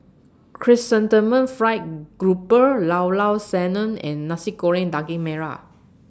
Chrysanthemum Fried Grouper Llao Llao Sanum and Nasi Goreng Daging Merah